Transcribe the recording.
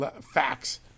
facts